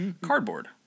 Cardboard